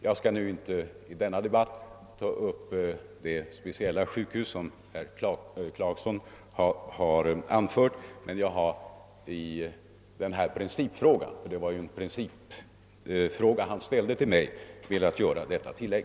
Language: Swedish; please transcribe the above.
Jag skall inte nu i denna debatt ta upp det speciella sjukhus, som herr Clarkson har talat om, men jag har i principfrågan — ty det var ju en principfråga herr Clarkson ställde till mig — velat göra detta tillägg.